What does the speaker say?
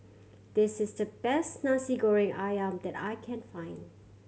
this is the best Nasi Goreng Ayam that I can find